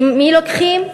ממי לוקחים?